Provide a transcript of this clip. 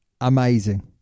Amazing